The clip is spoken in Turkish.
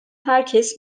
herkes